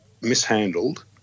mishandled